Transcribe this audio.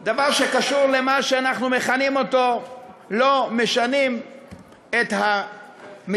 זה דבר שקשור למה שאנחנו מכנים "לא משנים את המשחק",